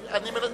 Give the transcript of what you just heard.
תן לו תקציב.